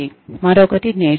మరొకటి నేర్చుకోవడం